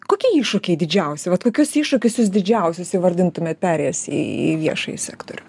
kokie iššūkiai didžiausi kokius iššūkius jūs didžiausias įvardintumėt perėjęs į viešąjį sektorių